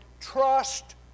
trust